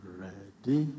ready